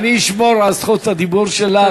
אני אשמור על זכות הדיבור שלך.